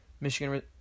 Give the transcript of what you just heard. Michigan